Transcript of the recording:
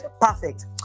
perfect